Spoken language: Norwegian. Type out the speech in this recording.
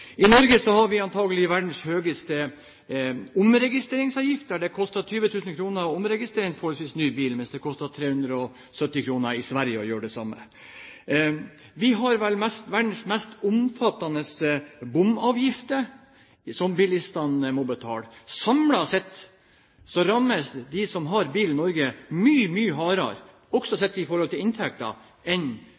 I Norge har vi antakelig verdens høyeste omregistreringsavgift. Det koster 20 000 kr å omregistrere en forholdsvis ny bil, mens det koster 370 kr i Sverige å gjøre det samme. Vi har verdens mest omfattende bomavgifter, som bilistene må betale. Samlet sett rammes de som har bil i Norge, mye hardere – også sett i forhold til inntekt – enn